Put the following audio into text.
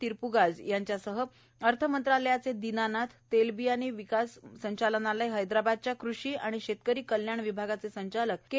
तिरूप्गाज याच्यासह अर्थ मंत्रालयाचे दिनानाथ तेलबियाने विकास संचालनालय हैदराबादच्या कृषी आणि शेतकरी कल्याण विभागाचे संचालक के